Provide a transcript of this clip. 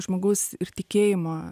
žmogaus ir tikėjimo